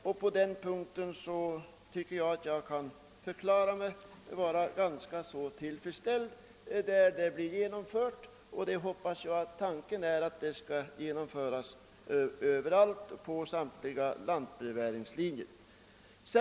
Jag kan därför förklara mig ganska tillfredsställd med svaret i förhoppning att avsikten är att denna nya giv skall omfatta samtliga lantbrevbäringslinjer.